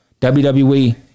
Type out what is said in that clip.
WWE